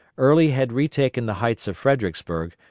early had retaken the heights of fredericksburg,